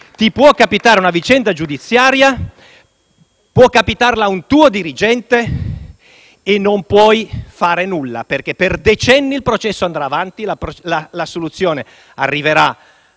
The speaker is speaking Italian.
ti può capitare una vicenda giudiziaria, può capitare a un tuo dirigente, e non puoi fare nulla perché per decenni il processo andrà avanti, l'assoluzione arriverà